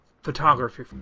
Photography